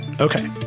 Okay